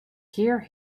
hear